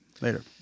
Later